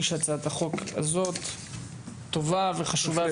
היא שהצעת החוק הזאת טובה וחשובה.